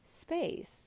space